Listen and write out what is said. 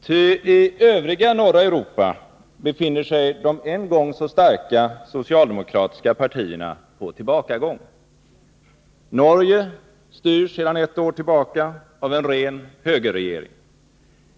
Ty i övriga norra Europa befinner sig de en gång så starka socialdemokratiska partierna på tillbakagång. Norge styrs sedan ett år tillbaka av en ren högerregering.